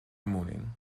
morning